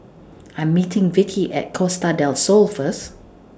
I'm meeting Vicki At Costa Del Sol First